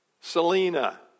Selena